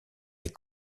les